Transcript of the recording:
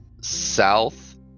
south